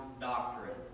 doctrine